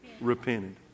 Repented